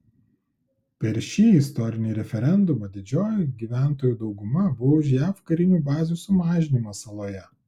per šį istorinį referendumą didžioji gyventojų dauguma buvo už jav karinių bazių sumažinimą saloje